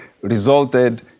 resulted